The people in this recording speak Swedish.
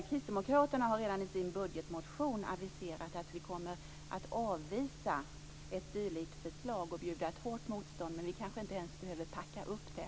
Kristdemokraterna har redan i sin budgetmotion aviserat att vi kommer att avvisa ett dylikt förslag och bjuda ett hårt motstånd, men vi kanske inte ens behöver ta fram det.